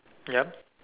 ya